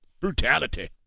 Brutality